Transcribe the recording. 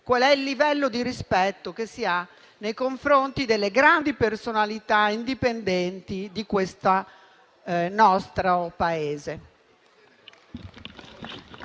il livello di rispetto che si ha nei confronti delle grandi personalità indipendenti del nostro Paese.